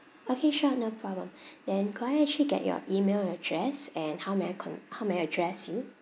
okay sure no problem then could I actually get your email address and how may I con~ how may I address you